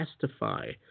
testify